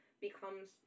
becomes